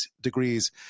degrees